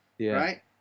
right